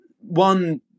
one